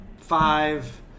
five